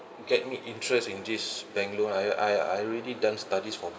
get me interest in this bank loan I I I really done studies for